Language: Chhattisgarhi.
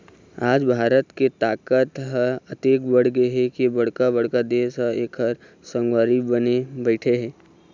आज भारत के ताकत ह अतेक बाढ़गे हे के बड़का बड़का देश ह एखर संगवारी बने बइठे हे